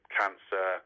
cancer